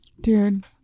Dude